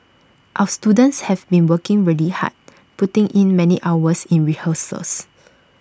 our students have been working really hard putting in many hours in rehearsals